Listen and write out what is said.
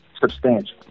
substantial